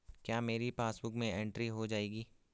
क्या मेरी पासबुक में एंट्री हो जाएगी?